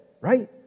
right